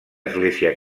església